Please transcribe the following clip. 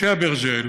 משה אברג'יל,